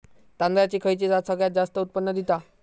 तांदळाची खयची जात सगळयात जास्त उत्पन्न दिता?